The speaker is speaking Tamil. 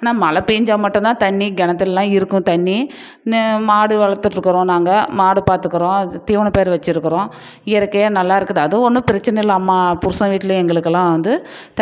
ஆனால் மழை பேஞ்சால் மட்டும் தான் தண்ணி கிணத்துலலாம் இருக்கும் தண்ணி மாடு வளர்த்துட்டு இருக்கிறோம் நாங்கள் மாடு பார்த்துக்குறோம் தீவனப்பயிர் வச்சுருக்குறோம் இயற்கையாக நல்லாயிருக்குது அதுவும் ஒன்றும் பிரச்சின இல்லை அம்மா புருஷன் வீட்டில் எங்களுக்கெலாம் வந்து